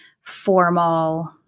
formal